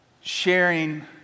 sharing